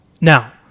Now